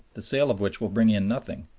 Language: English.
the sale of which will bring in nothing,